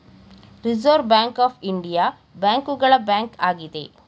reserve Bank of India ಬ್ಯಾಂಕುಗಳ bank ಆಗಿದೆ